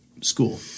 School